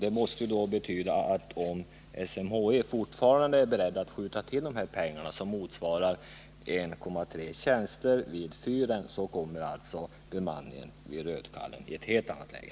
Det måste betyda, att om SMHI fortfarande är berett att skjuta till de här pengarna, som motsvarar 1,3 tjänster vid fyren, kommer frågan om bemanningen vid Rödkallens fyr i ett helt annat läge.